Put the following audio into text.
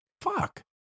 Fuck